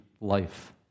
life